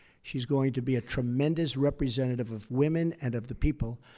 she's going to be a tremendous representative of women and of the people.